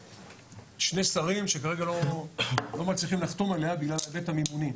שני שרים שכרגע לא מצליחים לחתום עליה בגלל ההיבט המימוני.